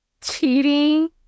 cheating